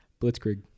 Blitzkrieg